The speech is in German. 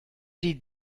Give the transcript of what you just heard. die